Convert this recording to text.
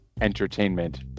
entertainment